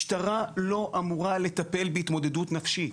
משטרה לא אמורה לטפל בהתמודדות נפשית.